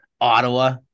Ottawa